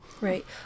right